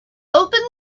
open